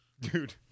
Dude